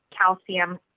calcium